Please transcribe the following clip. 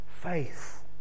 Faith